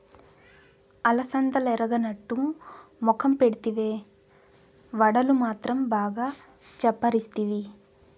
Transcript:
అలసందలెరగనట్టు మొఖం పెడితివే, వడలు మాత్రం బాగా చప్పరిస్తివి